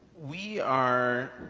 we are,